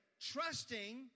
trusting